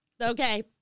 Okay